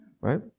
right